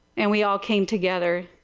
and we all came together.